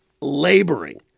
laboring